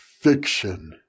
fiction